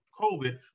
COVID